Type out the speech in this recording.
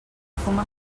fuma